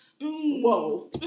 whoa